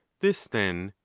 this, then,